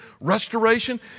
Restoration